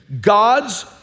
God's